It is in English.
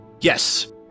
Yes